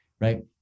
right